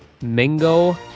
Mingo